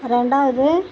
ரெண்டாவது